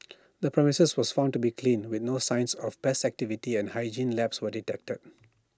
the premises was found to be clean with no signs of pest activity and hygiene lapse were detected